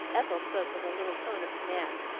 ethel spoke with a little tone of command,